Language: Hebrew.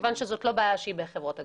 כיוון שזו לא בעיה שהיא אצל חברות הגבייה,